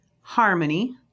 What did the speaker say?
harmony